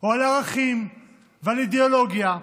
או על ערכים ועל אידיאולוגיה.